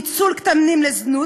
ניצול קטינים לזנות,